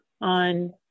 on